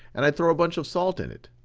and i throw a bunch of salt in it.